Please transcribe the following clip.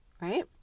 Right